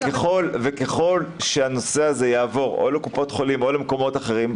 וככל שהנושא הזה יעבור או לקופות חולים או למקומות אחרים,